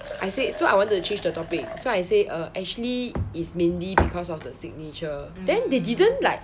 I said so I wanted to change the topic so I say uh actually is mainly because of the signature then they didn't like